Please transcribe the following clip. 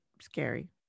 scary